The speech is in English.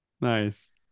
nice